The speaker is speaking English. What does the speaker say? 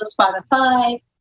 Spotify